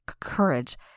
courage